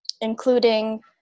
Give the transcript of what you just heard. including